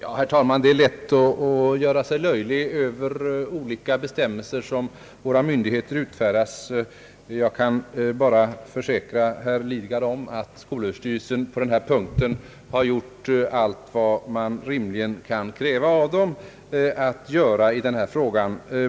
Herr talman! Det är lätt att göra sig löjlig över olika bestämmelser som våra myndigheter utfärdar. Jag kan bara försäkra herr Lidgard, att skolöverstyrelsen på denna punkt gjort allt vad man rimligen kan kräva att den skall göra i denna fråga.